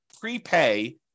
prepay